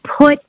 put